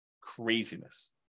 Craziness